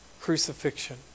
crucifixion